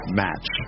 match